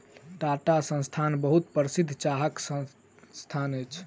टाटा संस्थान बहुत प्रसिद्ध चाहक संस्थान अछि